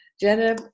Jenna